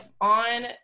on